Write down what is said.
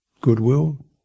Goodwill